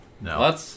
No